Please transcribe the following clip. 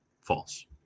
false